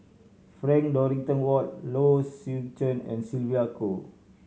Frank Dorrington Ward Low Swee Chen and Sylvia Kho